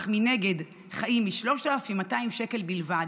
אך מנגד חיים מ-3,200 שקל בלבד,